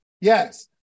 yes